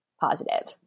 positive